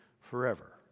forever